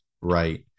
Right